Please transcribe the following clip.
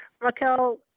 Raquel